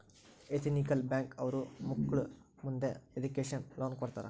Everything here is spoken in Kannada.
ಎತಿನಿಕಲ್ ಬ್ಯಾಂಕ್ ಅವ್ರು ಮಕ್ಳು ಮುಂದೆ ಇದಕ್ಕೆ ಎಜುಕೇಷನ್ ಲೋನ್ ಕೊಡ್ತಾರ